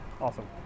Awesome